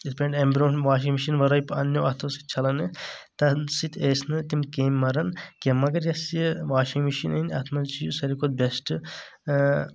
یتھ پٲٹھۍ أمہِ بروٗنٛہہ واشِنگ مِشیٖنہِ ورأے پنہٕ نیٚو اَتھو سۭتۍ چَھلان أسۍ تمہِ سۭتۍ أسۍ نہٕ تِم کیٚمۍ مران کیٚنٛہہ مگر یۄس یہِ واشِنٛگ مِشیٖن أنۍ اَتھ منٛز چھُ یہِ سارِوٕے کھۄتہٕ بیٚٮ۪سٹہٕ اۭں